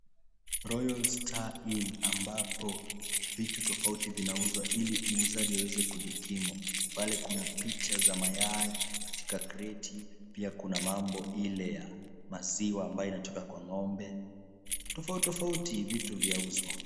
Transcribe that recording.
Royal Star Inn, ambapo, vitu tofauti vinauzwa ili muuzaji aweze kujikimu. Pale kuna picha za mayai, katika kreti, pia kuna mambo ile ya maziwa ambayo inatoka kwa ng'ombe. Tofauti tofauti vitu vya uzwa.